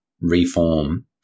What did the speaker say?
reform